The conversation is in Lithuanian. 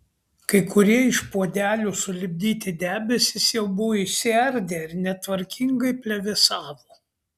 kai kurie iš puodelių sulipdyti debesys jau buvo išsiardę ir netvarkingai plevėsavo